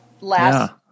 last